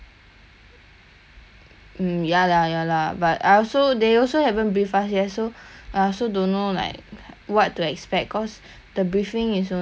mm ya lah ya lah but I also they also haven't briefed us yet so I also don't know like what to expect cause the briefing is only tomorrow